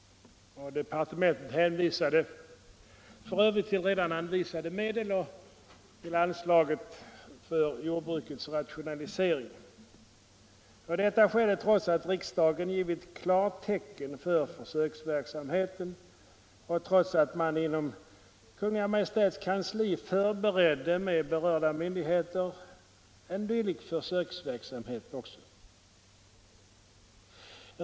Departementet hänvisade till redan anvisade medel och till anslaget för jordbrukets rationalisering. Detta skedde trots att riksdagen givit klartecken för försöksverksamheten och trots att man inom Kungl. Maj:ts kansli förberedde en försöksverksamhet tillsammans med berörda myndigheter.